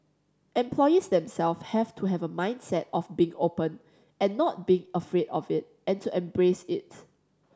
employees themselves have to have a mindset of being open and not being afraid of it and to embrace it